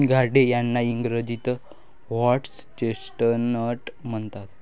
सिंघाडे यांना इंग्रजीत व्होटर्स चेस्टनट म्हणतात